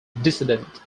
dissident